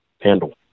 handle